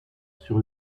sur